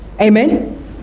Amen